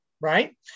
Right